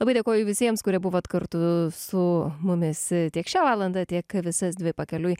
labai dėkoju visiems kurie buvot kartu su mumis tiek šią valandą tiek visas dvi pakeliui